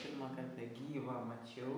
pirmą kartą gyvą mačiau